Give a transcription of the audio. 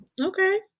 Okay